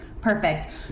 Perfect